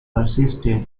persisted